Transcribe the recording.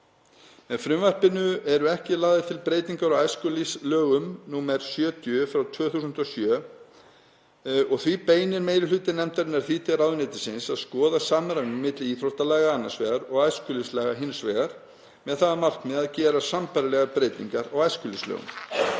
Með frumvarpinu eru ekki lagðar til breytingar á æskulýðslögum, nr. 70/2007. Því beinir meiri hluti nefndarinnar því til ráðuneytisins að skoða samræmi milli íþróttalaga annars vegar og æskulýðslaga hins vegar með það að markmiði að gera sambærilegar breytingar á æskulýðslögum.